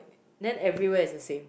then everywhere is the same